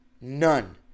None